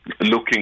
looking